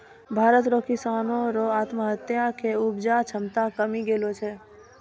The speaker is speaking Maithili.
भारत रो किसानो रो आत्महत्या से उपजा क्षमता कमी गेलो छै